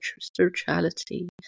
spirituality